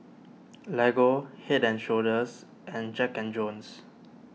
Lego Head and Shoulders and Jack and Jones